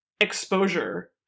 exposure